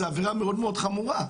זו עבירה מאוד מאוד חמורה.